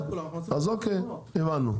אוקיי, הבנו.